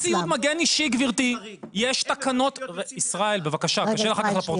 גם ציוד מגן אישי גברתי יש תקנות, עם איזה ציוד